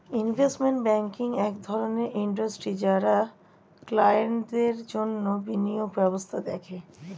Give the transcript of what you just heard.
investment banking এক ধরণের industry যারা ক্লায়েন্টদের জন্যে বিনিয়োগ ব্যবস্থা দেখে